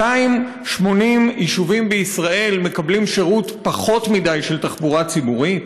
280 יישובים בישראל מקבלים פחות מדי שירות של תחבורה ציבורית?